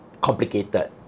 complicated